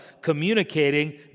communicating